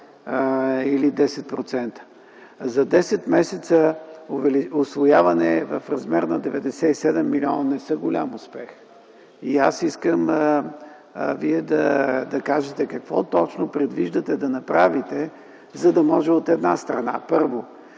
или 10%. За десет месеца усвояване на 97 млн. лв. не са голям успех. Аз искам Вие да кажете какво точно предвиждате да направите, за да може, от една страна, първо,